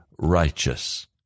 Righteous